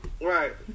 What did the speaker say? Right